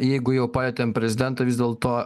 na jeigu jau palietėm prezidentą vis dėlto